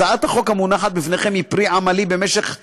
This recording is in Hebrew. הצעת החוק המונחת לפניכם היא פרי עמלי במשך יותר,